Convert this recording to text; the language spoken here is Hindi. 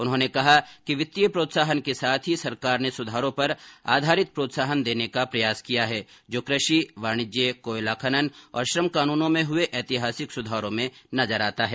उन्होंने कहा कि वित्तीय प्रोत्साहन के साथ ही सरकार ने सुधारों पर आधारित प्रोत्साहन देने का प्रयास किया है जो कृषि वाणिज्य कोयला खनन और श्रम कानूनों में हुए ऐतिहासिक सुधारों में दिखता है